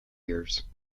years